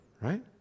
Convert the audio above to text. right